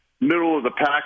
middle-of-the-pack